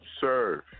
Serve